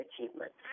achievements